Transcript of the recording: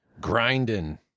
grinding